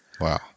Wow